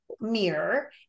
mirror